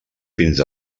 fins